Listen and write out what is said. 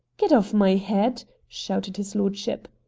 get off my head! shouted his lordship.